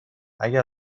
اگه